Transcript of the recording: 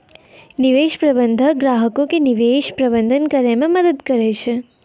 निवेश प्रबंधक ग्राहको के निवेश प्रबंधन करै मे मदद करै छै